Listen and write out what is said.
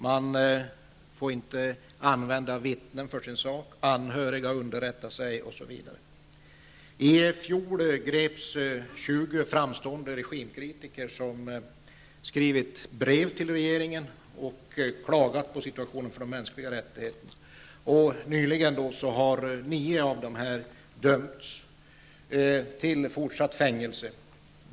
Man får inte använda vittnen för sin sak. Anhöriga underrättas ej osv. I fjol greps 20 framstående regimkritiker, som skrivit brev till regeringen och klagat på situationen samt framhållit de mänskliga rättigheterna. Nyligen har nio av dessa dömts till fortsatt fängelse.